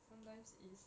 sometimes is